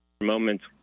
Moments